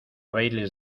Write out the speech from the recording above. bailes